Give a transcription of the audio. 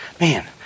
man